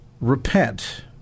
repent